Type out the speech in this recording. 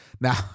Now